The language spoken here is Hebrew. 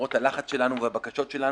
למרות הלחץ שלנו והבקשות שלנו.